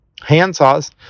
handsaws